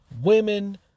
women